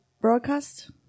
broadcast